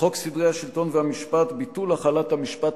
חוק סדרי השלטון והמשפט (ביטול החלת המשפט,